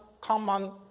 common